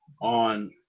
on